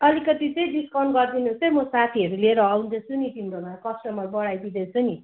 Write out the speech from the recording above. अलिकति चाहिँ डिस्काउन्ट गरिदिनुहोस् है म साथीहरू लिएर आउँदैछु नि तिम्रोमा कस्टमर बढाइदिँदै छु नि